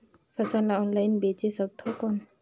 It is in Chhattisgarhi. फसल ला ऑनलाइन बेचे सकथव कौन?